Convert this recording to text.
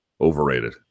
Overrated